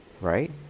Right